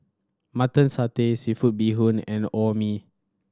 Mutton Satay seafood bee hoon and Orh Nee